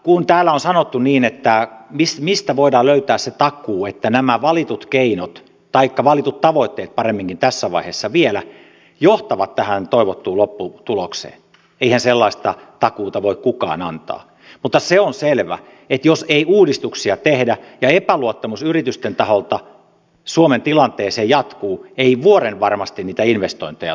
kun täällä on kysytty mistä voidaan löytää se takuu että nämä valitut keinot taikka valitut tavoitteet paremminkin tässä vaiheessa vielä johtavat tähän toivottuun lopputulokseen niin eihän sellaista takuuta voi kukaan antaa mutta se on selvä että jos ei uudistuksia tehdä ja epäluottamus yritysten taholta suomen tilannetta kohtaan jatkuu ei vuorenvarmasti niitä investointeja tule